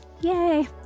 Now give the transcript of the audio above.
yay